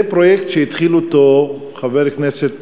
זה פרויקט שהתחיל אותו חבר כנסת,